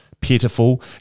Pitiful